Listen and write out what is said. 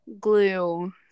Glue